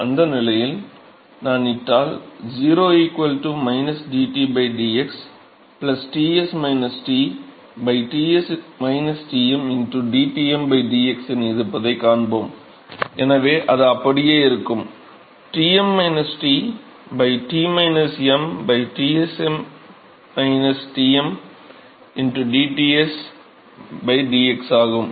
இப்போது அந்த நிலையில் நான் இட்டால் 0 dT dx Ts T Ts Tm dTm dx என இருப்பதை காண்போம் எனவே அது அப்படியே இருக்கும் Tm T T m Ts Tm dTs dx ஆகும்